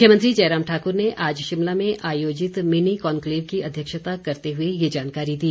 मुख्यमंत्री जयराम ठाकुर ने आज शिमला में आयोजित मिनी कॉनक्लेव की अध्यक्षता करते हुए ये जानकारी दी